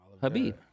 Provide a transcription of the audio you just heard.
Habib